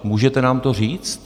Můžete nám to říct?